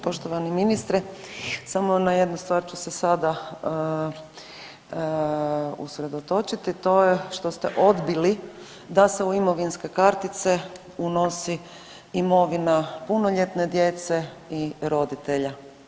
Poštovani ministre, samo na jednu stvar ću se sada usredotočiti, to je što ste odbili da se u imovinske kartice unosi imovina punoljetne djece i roditelja.